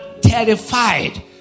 terrified